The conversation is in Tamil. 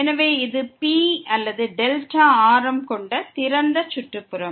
எனவே இது P அல்லது δ ஆரம் கொண்ட திறந்த சுற்றுப்புறம்